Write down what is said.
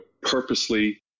purposely